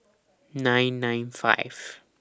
nine nine five